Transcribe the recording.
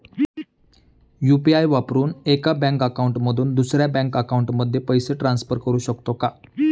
UPI वापरून एका bank account मधून दुसऱ्या बँक अकाउंटमध्ये पैसे ट्रान्सफर करू शकतो का?